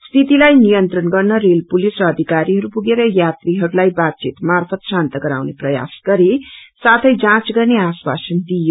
स्थितिलाई नियत्रण गर्न रेल पुलिस र अधिकारीहरू पुगेर यात्रीहरूलाइ बातचित मार्फत शान्त गराउने प्रयास गरे साथै जाँच गर्ने आश्वासन दिइयो